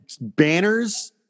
banners